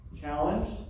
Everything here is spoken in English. challenged